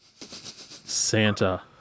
Santa